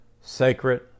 sacred